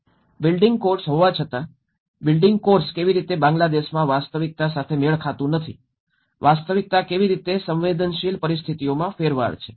building code હોવા છતાં building course કેવી રીતે બાંગ્લાદેશમાં વાસ્તવિકતા સાથે મેળ ખાતું નથી વાસ્તવિકતા કેવી રીતે સંવેદનશીલ પરિસ્થિતિઓમાં ફેરવાય છે